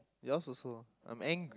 yours also I'm angry